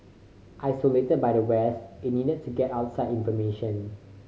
isolated by the West it needed to get outside information